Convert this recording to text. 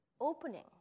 opening